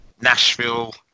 Nashville